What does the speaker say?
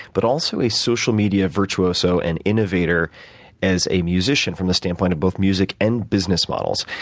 but also a social media virtuoso and innovator as a musician, from the standpoint of both music and business models.